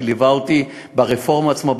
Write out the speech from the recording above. שליווה אותי ברפורמה עצמה,